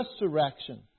resurrection